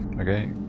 Okay